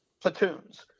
platoons